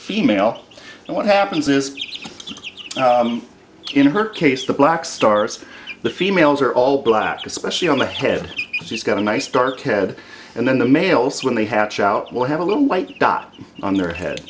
female and what happens is in her case the black stars the females are all black especially on the head she's got a nice dark head and then the males when they hatch out will have a little white dot on their head